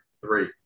three